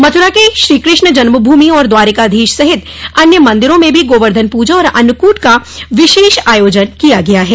मथ्रा के श्रीकृष्ण जन्मभूमि और द्वारिकाधीश सहित अन्य मंदिरों में भी गोवर्धन प्रजा और अन्नकूट का विशेष आयोजन किया गया है